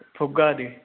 ਫੁੱਗਾ ਦੀ